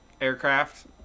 aircraft